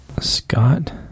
Scott